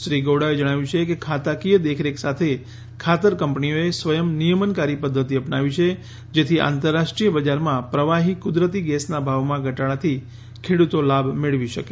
શ્રી ગાવડાએ જણાવ્યું છે કે ખાતાકીય દેખરેખ સાથે ખાતર કં નીઓએ સ્વયં નિયમનકારી દ્વતિ અ નાવી છે જેથી આંતરરાષ્ટ્રીય બજારમાં પ્રવાહી કુદરતી ગેસના ભાવમાં ઘટાડાથી ખેડૂતી લાભ મેળવી શકે